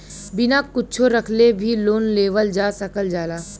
बिना कुच्छो रखले भी लोन लेवल जा सकल जाला